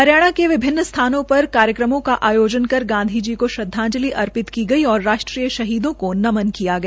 हरियाणा के विभिन्न स्थानों पर कार्यक्रमों का आयोजन कर गांधी जी को श्रदांजलि अर्पित की गई और राष्ट्रीय शहीदों को नमन किया गया